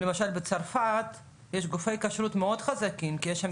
למשל בצרפת יש גופי כשרות מאוד חזקים כי יש שם